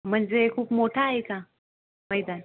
म्हणजे खूप मोठा आहे का मैदान